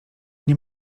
nie